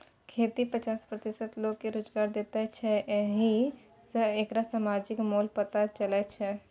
खेती पचास प्रतिशत लोककेँ रोजगार दैत छै एहि सँ एकर समाजिक मोल पता चलै छै